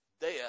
death